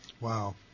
Wow